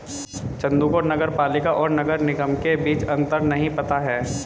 चंदू को नगर पालिका और नगर निगम के बीच अंतर नहीं पता है